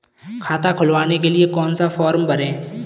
खाता खुलवाने के लिए कौन सा फॉर्म भरें?